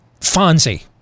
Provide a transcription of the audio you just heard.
Fonzie